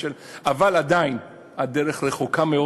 אבל עדיין הדרך ארוכה מאוד.